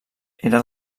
era